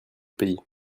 pays